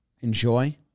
enjoy